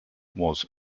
was